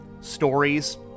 stories